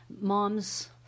moms